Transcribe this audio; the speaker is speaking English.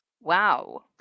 Wow